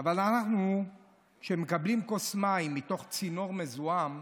אבל כשאנחנו מקבלים כוס מים מצינור מזוהם,